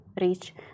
reach